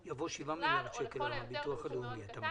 או לכל היותר בסכום מאוד קטן,